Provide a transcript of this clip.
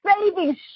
saving